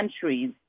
countries